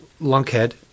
lunkhead